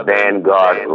Vanguard